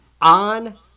On